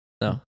no